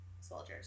soldiers